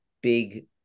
big